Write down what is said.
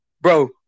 Bro